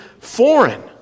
foreign